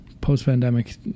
post-pandemic